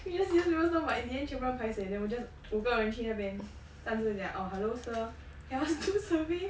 we just scissors paper stone but in the end 全部人 paiseh then 我们 just 五个人去那边站着讲 oh hello sir can help us do survey